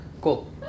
Cool